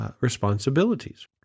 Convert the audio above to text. responsibilities